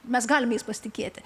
mes galime jais pasitikėti